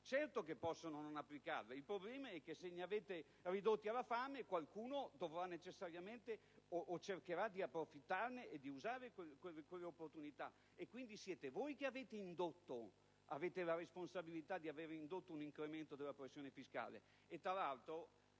Certo che possono non applicarla: il problema è che se li avete ridotti alla fame qualcuno cercherà di approfittarne e di usare quell'opportunità. Quindi, siete voi che avete la responsabilità di aver indotto un incremento della pressione fiscale!